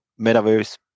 metaverse